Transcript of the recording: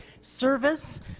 service